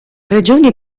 regioni